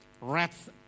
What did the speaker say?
rats